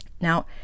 Now